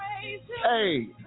Hey